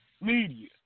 media